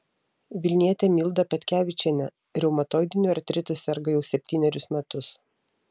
vilnietė milda petkevičienė reumatoidiniu artritu serga jau septynerius metus